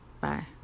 Bye